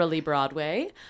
Broadway